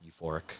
euphoric